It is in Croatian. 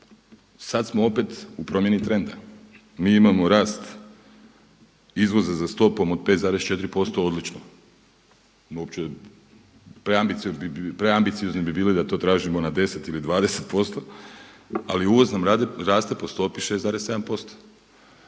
sad smo opet u promjeni trenda. Mi imao rast izvoza za stopom od 5,4% odlično. Preambiciozni bi bili da to tražimo na 10 ili 20%. Ali uvoz nam raste po stopi 6,7%